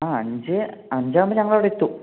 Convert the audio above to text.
ആ അഞ്ച് അഞ്ചാകുമ്പോൾ ഞങ്ങൾ അവിടെ എത്തും